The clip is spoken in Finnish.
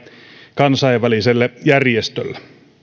kansainväliselle järjestölle